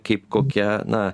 kaip kokia na